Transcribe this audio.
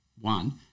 one